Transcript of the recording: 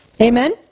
Amen